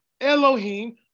Elohim